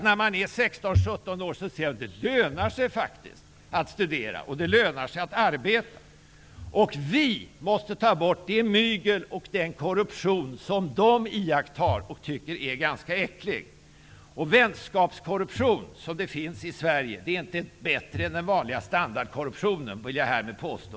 När man är 16 -- 17 år skall man se att det faktiskt lönar sig att studera och att det lönar sig att arbeta. Vi måste ta bort det mygel och den korruption som ungdomarna iakttar och tycker är ganska äckliga. Vänskapskorruption, som finns i Sverige, är inte bättre än den vanliga standardkorruptionen, vill jag härmed påstå.